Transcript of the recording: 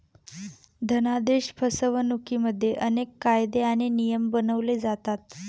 धनादेश फसवणुकिमध्ये अनेक कायदे आणि नियम बनवले जातात